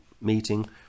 meeting